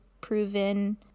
proven